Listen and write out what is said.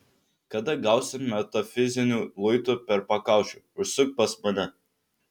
kada gausi metafiziniu luitu per pakaušį užsuk pas mane